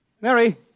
Mary